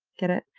get it?